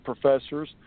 professors